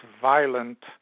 violent